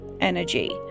energy